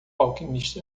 alquimista